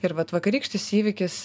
ir vat vakarykštis įvykis